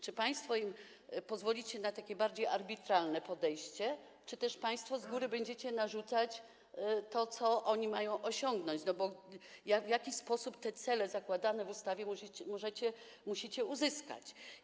Czy państwo im pozwolicie na takie bardziej arbitralne podejście, czy też państwo z góry będziecie narzucać to, co oni mają osiągnąć, bo w jaki sposób te cele zakładane w ustawie możecie, musicie uzyskać?